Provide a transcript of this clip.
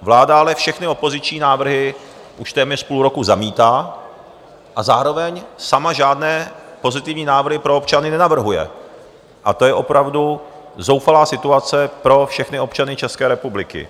Vláda ale všechny opoziční návrhy už téměř půl roku zamítá a zároveň sama žádné pozitivní návrhy pro občany nenavrhuje, a to je opravdu zoufalá situace pro všechny občany České republiky.